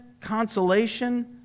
consolation